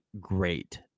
great